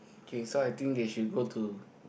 okay so I think they should go to